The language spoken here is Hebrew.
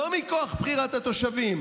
לא מכוח בחירת התושבים,